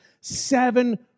Seven